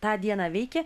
tą dieną veikė